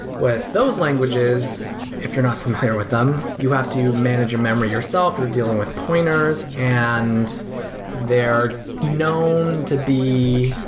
with those languages, if you're not familiar with them, you have to manage your memory yourself, you're dealing with pointers and they're known to be,